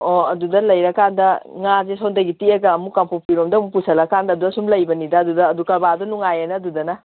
ꯑꯣ ꯑꯗꯨꯗ ꯂꯩꯔꯀꯥꯟꯗ ꯉꯥꯁꯦ ꯁꯣꯟꯗꯒꯤ ꯇꯦꯛꯑꯒ ꯑꯃꯨꯛ ꯀꯥꯡꯄꯣꯛꯄꯤꯔꯣꯝꯗ ꯑꯃꯨꯛ ꯄꯨꯁꯤꯜꯂꯀꯥꯟꯗ ꯑꯗꯨꯗ ꯁꯨꯝ ꯂꯩꯕꯅꯤꯗ ꯑꯗꯨꯗ ꯑꯗꯨ ꯀꯥꯔꯕꯥꯔꯗꯣ ꯅꯨꯡꯉꯥꯏꯌꯦꯅ ꯑꯗꯨꯗꯅ